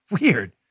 Weird